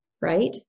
right